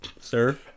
Sir